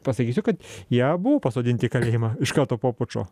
pasakysiu kad jie abu pasodinti į kalėjimą iš karto po pučo